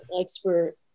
expert